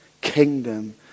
kingdom